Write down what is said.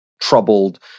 troubled